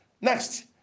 Next